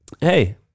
Hey